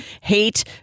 hate